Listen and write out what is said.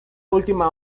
última